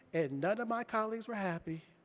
and none of my colleagues were happy.